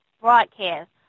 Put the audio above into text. broadcast